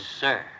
sir